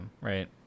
right